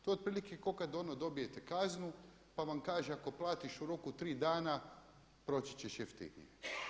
To je otprilike ko kad ono dobijete kaznu pa vam kaže ako platiš u roku od 3 dana proći ćeš jeftinije.